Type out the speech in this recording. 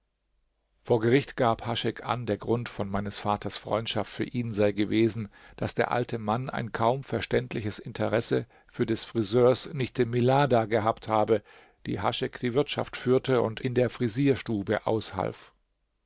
vor gericht gab haschek an der grund von meines vaters freundschaft für ihn sei gewesen daß der alte mann ein kaum verständliches interesse für des friseurs nichte milada gehabt habe die haschek die wirtschaft führte und in der frisierstube aushalf